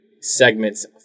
segments